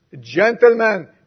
gentlemen